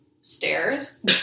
stairs